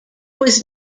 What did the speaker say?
was